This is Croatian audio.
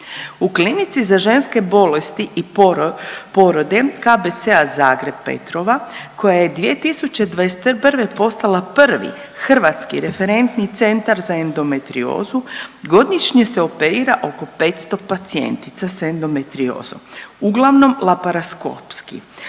U Klinici za ženske bolesti i porode KBC-a Zagreb Petrova koja je 2021. postala prvi hrvatski referentni centar za endometriozu, godišnje se operira oko 500 pacijentica s endometriozom, uglavnom laparaskopski,